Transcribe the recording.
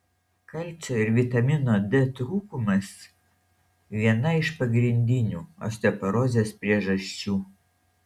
kalcio ir vitamino d trūkumas viena iš pagrindinių osteoporozės priežasčių